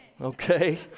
okay